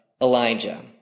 Elijah